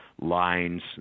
lines